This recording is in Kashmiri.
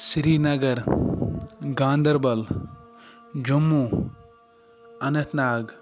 سری نَگر گاندربل جموں اَننت ناگ